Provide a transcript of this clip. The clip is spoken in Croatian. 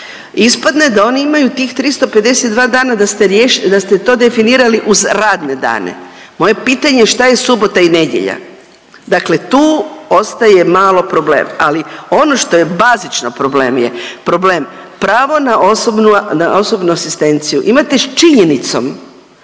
ispadne da oni imaju tih 352 dana da ste to definirali uz radne dane. Moje pitanje je šta je subota i nedjelja? Dakle, tu ostaje malo problem. Ali ono što je bazično problem je problem pravo na osobnu asistenciju. Imate s činjenicom